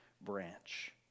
branch